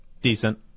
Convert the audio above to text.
Decent